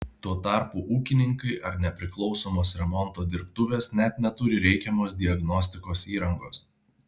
tuo tarpu ūkininkai ar nepriklausomos remonto dirbtuvės net neturi reikiamos diagnostikos įrangos